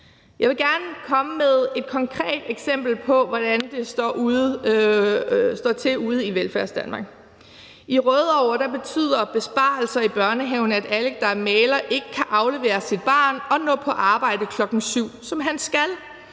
Jeg vil gerne komme med et konkret eksempel på, hvordan det står til ude i Velfærdsdanmark. I Rødovre betyder besparelser i børnehaven, at Alec, der er maler, ikke kan aflevere sit barn og nå på arbejde klokken 7, som han skal.